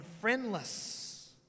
friendless